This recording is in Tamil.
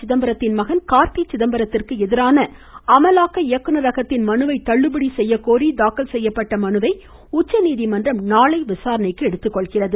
சிதம்பரத்தின் மகன் கார்த்தி சிதம்பரத்திற்கு எதிரான அமலாக்க இயக்குநரகத்தின் மனுவை தள்ளுபடி செய்யக்கோரி தாக்கல் செய்யப்பட்ட மனுவை உச்சநீதிமன்றம் நாளை விசாரணைக்கு எடுத்துக்கொள்கிறது